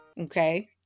Okay